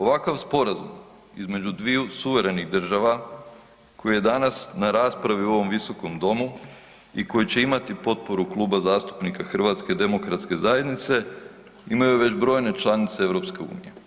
Ovakav sporazum između dviju suverenih država koji je danas na raspravi u ovom Visokom domu i koji će imati potporu Kluba zastupnika HDZ-a imaju već brojne članice EU.